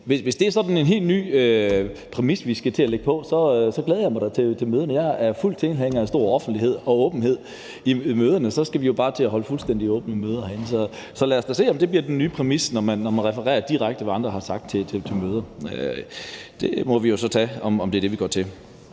hvis det er sådan en helt ny præmis, vi skal til at lægge, så glæder jeg mig da til møderne. Jeg er fuld tilhænger af stor offentlighed og åbenhed i møderne. Så skal vi jo bare til at holde fuldstændig åbne møder herinde. Så lad os da se, om det bliver den nye præmis, når man refererer direkte, hvad andre har sagt til møder. Det må vi jo så se – om det er det, vi går ind